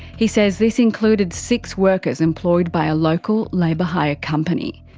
he says this included six workers employed by a local labour hire company.